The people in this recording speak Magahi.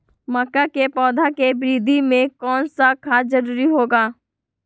मक्का के पौधा के वृद्धि में कौन सा खाद जरूरी होगा?